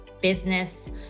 business